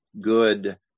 good